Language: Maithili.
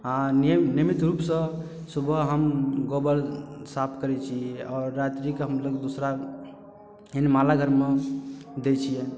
नियमित रूप सॅं सुबह हम गोबर साफ करै छी आओर रात्री कऽ हमलोग दूसरा माल घर मे दै छियै